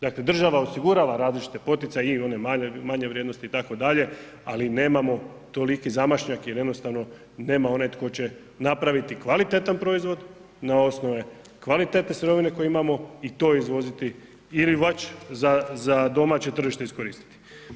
Dakle, država osigurava različite poticaje i one manje vrijednosti itd., ali nemamo toliki zamašnjak jer jednostavno nemamo one tko će napraviti kvalitetan proizvod na osnovu kvalitetne sirovine koju imamo i to izvoziti ili već za domaće tržište iskoristiti.